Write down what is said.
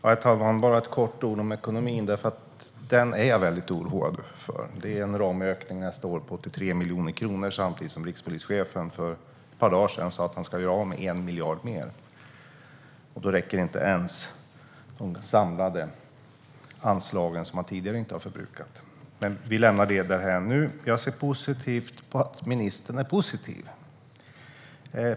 Herr talman! Jag vill bara säga några ord om ekonomin. Jag är nämligen väldigt oroad över den. Det är en ramökning nästa år på 83 miljoner kronor. Samtidigt sa rikspolischefen för ett par dagar sedan att han ska göra av med 1 miljard mer. Då räcker inte ens de samlade anslagen som man inte har förbrukat tidigare. Men vi lämnar det därhän nu. Jag ser positivt på att inrikesministern är positiv.